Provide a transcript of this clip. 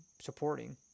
supporting